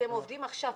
ואתם עובדים עכשיו.